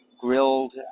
grilled